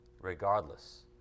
Regardless